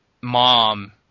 mom